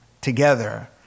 together